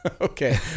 okay